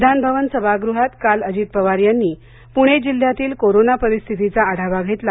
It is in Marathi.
विधानभवन सभागृहात काल अजित पवार यांनी पुणे जिल्ह्यातील कोरोना परिस्थितीचा आढावा घेतला